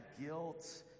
guilt